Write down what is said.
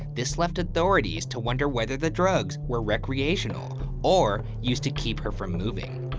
this left authorities to wonder whether the drugs were recreational or used to keep her from moving.